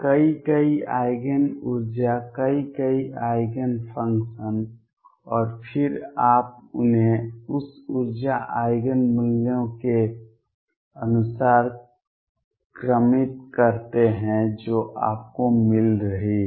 कई कई आइगेन ऊर्जा कई कई आइगेन फ़ंक्शन और फिर आप उन्हें उस ऊर्जा आइगेन मूल्यों के अनुसार क्रमित करते हैं जो आपको मिल रही हैं